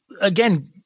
again